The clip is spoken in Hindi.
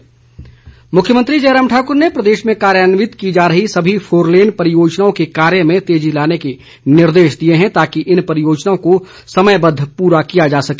मुख्यमंत्री मुख्यमंत्री जयराम ठाकुर ने प्रदेश में कार्यान्वित की जा रही सभी फोरलेन परियोजनाओं के कार्य में तेजी लाने के निर्देश दिए हैं ताकि इन परियोजनाओं को समयबद्ध पूरा किया जा सके